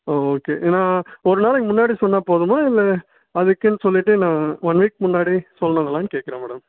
ஓ okay இல்லைன்னா ஒரு நாளைக்கு முன்னாடி சொன்னால் போதுமா இல்லை அதுக்குன்னு சொல்லிவிட்டு நான் ஒன் வீக் முன்னாடி சொல்லணுங்களான்னு கேட்குறேன் மேடம்